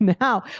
now